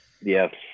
yes